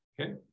Okay